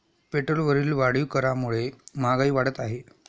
पेट्रोलवरील वाढीव करामुळे महागाई वाढत आहे